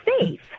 safe